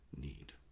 need